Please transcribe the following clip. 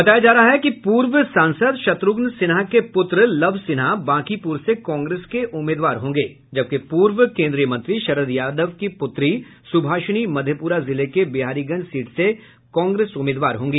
बताया जा रहा है कि पूर्व सांसद शत्रुघ्न सिन्हा के पुत्र लव सिन्हा बांकीपुर से कांग्रेस के उम्मीदवार होंगे जबकि पूर्व कोन्द्रीय मंत्री शरद यादव की पुत्री सुभाषिनी मधेपुरा जिले को बिहारीगंज सीट से कांग्रेस उम्मीदवार होंगी